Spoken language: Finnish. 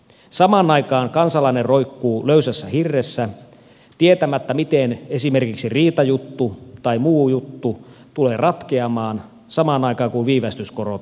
samaan aikaan kansalainen roikkuu löysässä hirressä tietämättä miten esimerkiksi riitajuttu tai muu juttu tulee ratkeamaan samaan aikaan viivästyskorot juoksevat